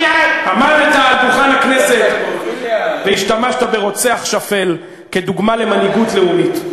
עמדת על דוכן הכנסת והשתמשת ברוצח שפל כדוגמה למנהיגות לאומית.